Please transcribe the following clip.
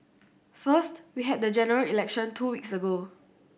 first we had the General Election two weeks ago